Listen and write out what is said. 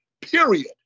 Period